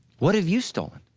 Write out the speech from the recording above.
what have you stolen?